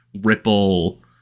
ripple